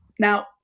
Now